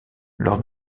lors